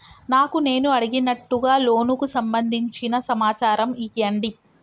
నాకు నేను అడిగినట్టుగా లోనుకు సంబందించిన సమాచారం ఇయ్యండి?